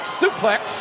suplex